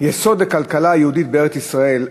יסוד לכלכלה היהודית בארץ-ישראל,